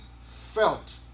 felt